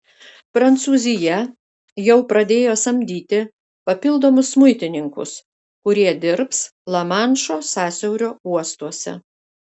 prancūzija jau pradėjo samdyti papildomus muitininkus kurie dirbs lamanšo sąsiaurio uostuose